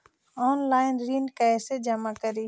Online ऋण कैसे जमा करी?